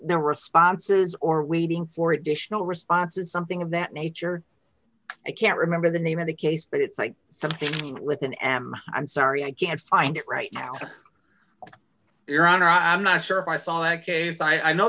the responses or waiting for additional responses something of that nature i can't remember the name of the case but it's like something within am i'm sorry i can't find it right now your honor i'm not sure if i saw a case i know